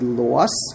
loss